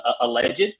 alleged